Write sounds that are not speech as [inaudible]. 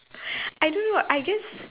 [noise] I don't know I guess